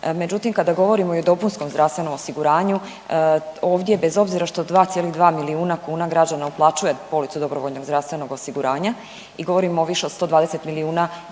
Međutim, kada govorimo i o dopunskom zdravstvenom osiguranju ovdje bez obzira što 2,2 milijuna kuna građana uplaćuje policu dobrovoljnog zdravstvenog osiguranja i govorimo o više od 120 milijuna